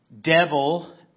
devil